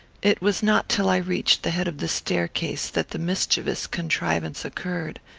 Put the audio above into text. it was not till i reached the head of the staircase that the mischievous contrivance occurred.